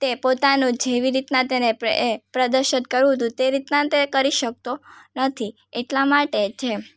તે પોતાનું જેવી રીતના એ તેને એ પ્રદર્શિત કરવું હતું તે રીતના તે કરી શકતો નથી એટલા માટે જે